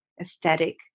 aesthetic